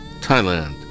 Thailand